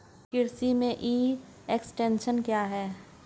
कृषि में e extension क्या है?